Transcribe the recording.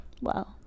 wow